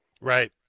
Right